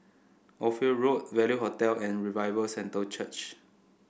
Ophir Road Value Hotel and Revival Centre Church